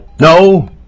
No